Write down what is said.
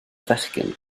fechgyn